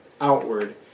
outward